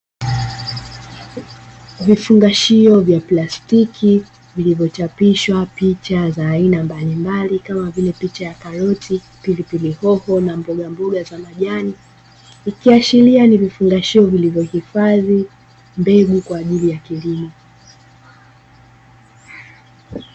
Vifungashio vya plastiki, vilivyochapishwa picha za aina mbalimbali, kama vile; picha ya karoti, pilipili hoho na mbogamboga za majani. Ikiashiria ni vifungashio vilivyohifadhi mbegu kwa ajili ya kilimo.